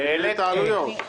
שמעלה את העלויות.